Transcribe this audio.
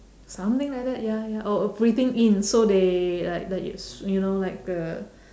something like that ya ya oh breathing in so they like the yes you know like uh